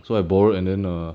so I borrowed and then err